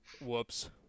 Whoops